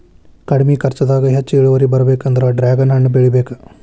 ಕಡ್ಮಿ ಕರ್ಚದಾಗ ಹೆಚ್ಚ ಇಳುವರಿ ಬರ್ಬೇಕಂದ್ರ ಡ್ರ್ಯಾಗನ್ ಹಣ್ಣ ಬೆಳಿಬೇಕ